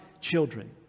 children